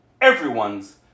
everyone's